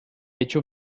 hecho